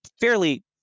fairly